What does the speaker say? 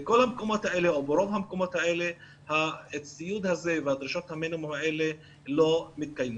ברוב המקומות האלה הציוד הזה ודרישות המינימום האלה לא מתקיימות.